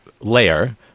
layer